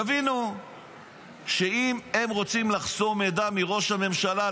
יבינו שאם הם רוצים לחסום מידע מראש הממשלה,